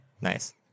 Nice